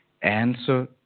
answer